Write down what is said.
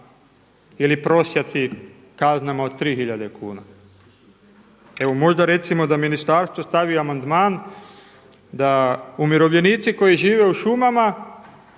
ili prosjaci kaznama od 3 hiljade kuna. Evo možda recimo da ministarstvo stavi amandman da umirovljenici koji žive u šumama